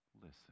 Listen